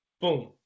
Boom